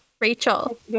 Rachel